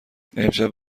امشب